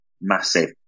massive